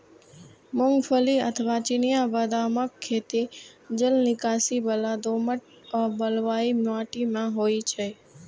मूंगफली अथवा चिनिया बदामक खेती जलनिकासी बला दोमट व बलुई माटि मे होइ छै